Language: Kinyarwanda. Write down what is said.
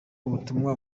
ubutumwa